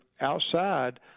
outside